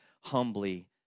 humbly